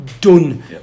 done